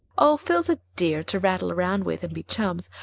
oh, phil's a dear to rattle round with and be chums.